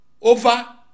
over